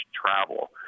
Travel